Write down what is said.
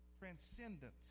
transcendence